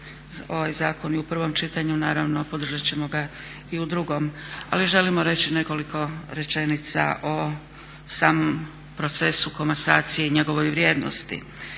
ovaj zakon i u prvom čitanju, naravno podržati ćemo ga i u drugom. Ali želimo reći nekoliko rečenica o samom procesu komasacije i njegovoj vrijednosti.